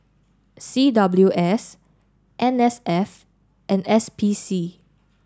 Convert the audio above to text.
C W S N S F and S P C